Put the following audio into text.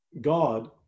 God